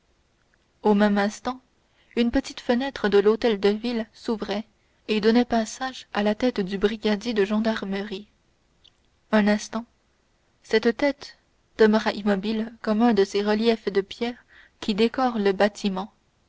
au même instant une petite fenêtre de l'hôtel de ville s'ouvrait et donnait passage à la tête du brigadier de gendarmerie un instant cette tête demeura immobile comme un de ces reliefs de pierre qui décorent le bâtiment